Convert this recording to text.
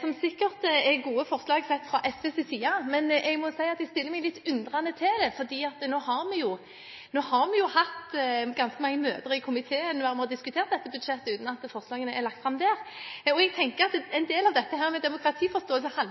som sikkert er gode forslag sett fra SVs side, men jeg må si at jeg stiller meg litt undrende til det, for nå har vi jo hatt ganske mange møter i komiteen der vi har diskutert dette budsjettet, uten at forslagene er lagt fram der. En del av demokratiforståelsen handler jo om hvordan man skal få gjennomslag for sine forslag, og at man da gjerne må samarbeide med